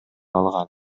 алган